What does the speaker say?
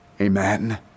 Amen